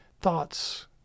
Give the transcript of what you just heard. thoughts